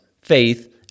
faith